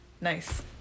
nice